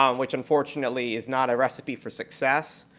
um which unfortunately is not a recipe for success,